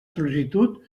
sol·licitud